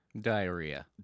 diarrhea